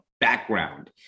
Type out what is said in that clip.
background